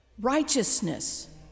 Righteousness